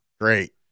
Great